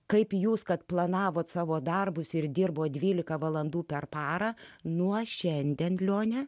kaip jūs kad planavote savo darbus ir dirbo dvylika valandų per parą nuo šiandien lione